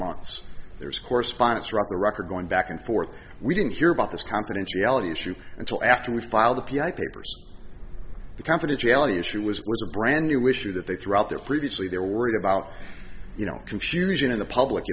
months there's correspondence right the record going back and forth we didn't hear about this confidentiality issue until after we filed the p i papers the confidentiality issue was a brand new issue that they threw out there previously they're worried about you know confusion in the public